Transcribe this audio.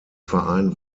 verein